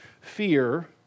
fear